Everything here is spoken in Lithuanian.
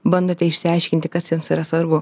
bandote išsiaiškinti kas jums yra svarbu